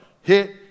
hit